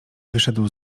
wyszedł